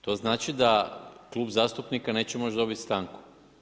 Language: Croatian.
To znači da klub zastupnika neće moći dobiti stanku.